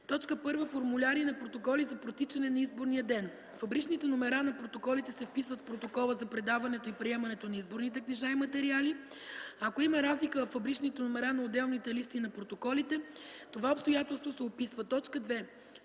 както и: 1. формуляри на протоколи за протичане на изборния ден; фабричните номера на протоколите се вписват в протокола за предаването и приемането на изборните книжа и материали; ако има разлика във фабричните номера на отделните листи на протоколите, това обстоятелство се описва; 2.